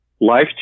life